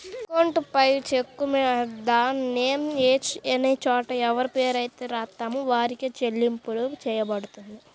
account payee చెక్కుమీద name అనే చోట ఎవరిపేరైతే రాత్తామో వారికే చెల్లింపు చెయ్యబడుతుంది